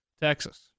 Texas